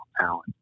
talent